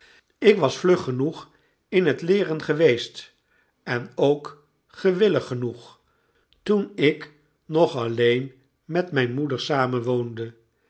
ik was vlug genoeg in het leeren geweest en ook gewillig genoeg toen ik nog alleen met mijn moeder samenwoonde